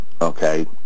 okay